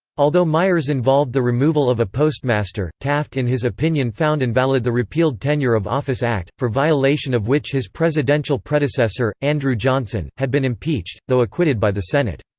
although myers involved the removal of a postmaster, taft in his opinion found invalid the repealed tenure of office act, for violation of which his presidential predecessor, andrew johnson, had been impeached, though acquitted by the senate.